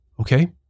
Okay